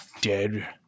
dead